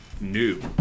new